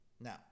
Now